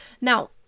Now